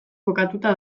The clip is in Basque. kokatua